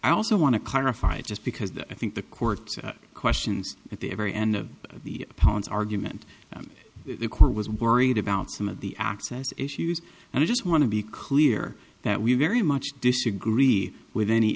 i also want to clarify just because i think the court questions at the very end of the opponent's argument the court was worried about some of the access issues and i just want to be clear that we very much disagree with any